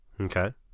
okay